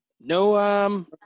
No